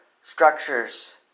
structures